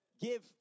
give